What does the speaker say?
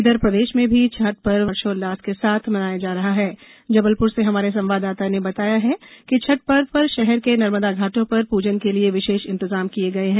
इधर प्रदेश में भी छठ पर्व हर्षोल्लास के साथ मनाया जा रहा है जबलपुर से हमारे संवाददाता ने बताया है कि छठ पर्व पर शहर के नर्मदा घाटों पर पूजन के लिये विशेष इंतजाम किये गए हैं